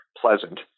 pleasant